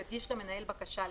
יגיש למנהל בקשה לכך,